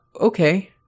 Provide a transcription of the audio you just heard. okay